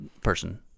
person